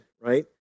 right